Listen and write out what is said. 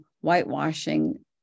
whitewashing